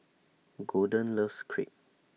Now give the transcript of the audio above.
Golden loves Crepe